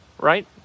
Right